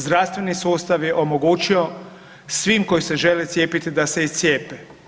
Zdravstveni sustav je omogućio svima koji se žele cijepiti da se i cijepe.